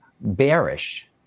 bearish